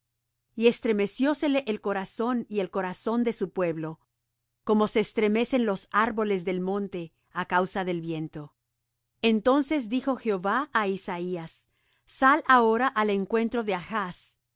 y estremeciósele el corazón y el corazón de su pueblo como se estremecen los árboles del monte á causa del viento entonces dijo jehová á isaías sal ahora al encuentro de achz tú